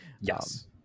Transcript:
Yes